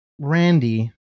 randy